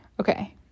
Okay